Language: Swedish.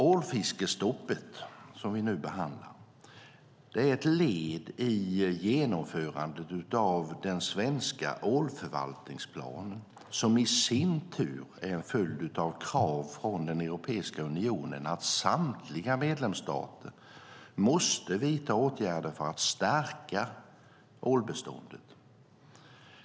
Ålfiskestoppet som vi nu behandlar är ett led i genomförandet av den svenska ålförvaltningsplanen som i sin tur är en följd av krav från Europeiska unionen att samtliga medlemsstater måste vidta åtgärder för att stärka ålbeståndet.